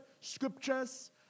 scriptures